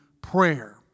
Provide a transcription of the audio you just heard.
prayer